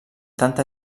tanta